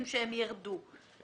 אנחנו לא דנו בזה.